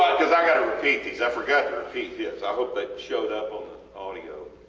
because ive got to repeat these i forgot to repeat his i hope that showed up on the audio,